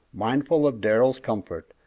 mindful of darrell's comfort,